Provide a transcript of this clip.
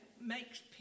makes